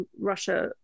russia